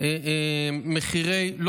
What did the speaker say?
מחירי הקרקע,